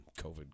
COVID